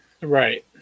right